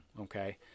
okay